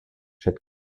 před